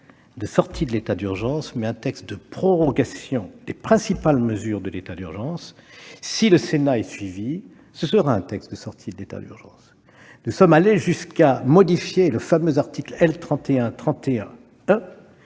de sortie de l'état d'urgence, mais un texte de prorogation des principales mesures de l'état d'urgence. Si le Sénat est suivi, ce sera un texte de sortie de l'état d'urgence. Nous sommes allés jusqu'à modifier le fameux article L. 3131-1